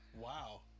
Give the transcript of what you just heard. Wow